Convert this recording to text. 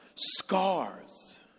Scars